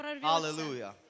Hallelujah